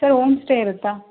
sir homestay ಇರುತ್ತಾ